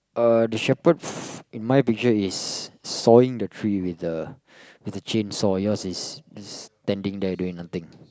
uh shepherd in my picture is sawing the tree with the with the chainsaw yours is standing there doing nothing